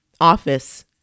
office